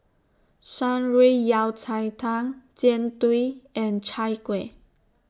Shan Rui Yao Cai Tang Jian Dui and Chai Kuih